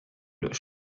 löschen